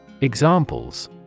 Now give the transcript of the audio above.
Examples